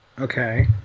Okay